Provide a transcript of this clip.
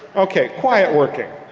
ok quiet working.